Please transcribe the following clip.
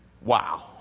wow